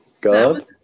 God